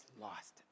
lost